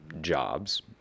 jobs